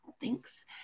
thanks